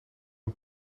een